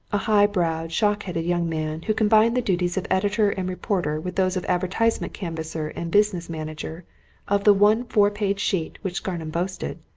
a high-browed, shock-headed young man, who combined the duties of editor and reporter with those of advertisement canvasser and business manager of the one four-page sheet which scarnham boasted,